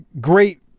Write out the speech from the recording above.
great